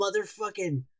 motherfucking